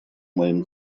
моим